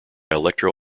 electro